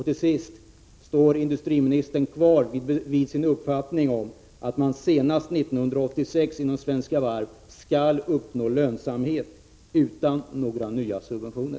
Till sist: Står industriministern fast vid sin uppfattning att man senast 1986 inom Svenska Varv skall uppnå lönsamhet utan några nya subventioner?